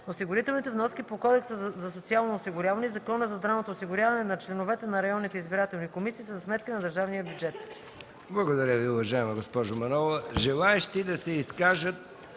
Осигурителните вноски по Кодекса за социално осигуряване и Закона за здравното осигуряване на членовете на районните избирателни комисии са за сметка на държавния бюджет.” ПРЕДСЕДАТЕЛ МИХАИЛ МИКОВ: Благодаря Ви, уважаема госпожо Манолова. Желаещи да се изкажат